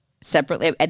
separately